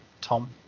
Tom